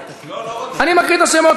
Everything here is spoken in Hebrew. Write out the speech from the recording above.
אני מקריא את השמות,